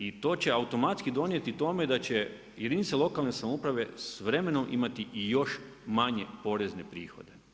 I to će automatski donijeti tome da će jedinica lokalne samouprave s vremenom imati i još manje porezne prihode.